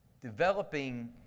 Developing